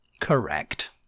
Correct